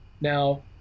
Now